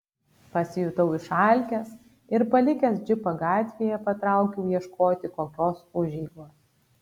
pasijutau išalkęs ir palikęs džipą gatvėje patraukiau ieškoti kokios užeigos